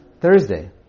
Thursday